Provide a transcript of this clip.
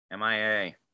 MIA